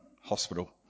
hospital